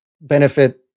benefit